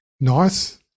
Nice